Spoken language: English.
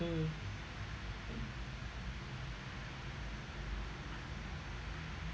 mm